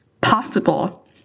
possible